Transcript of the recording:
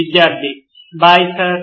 విద్యార్థి bye sir